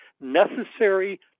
necessary